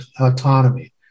autonomy